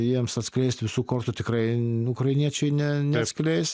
jiems atskleist visų kortų tikrai ukrainiečiai ne neatskleis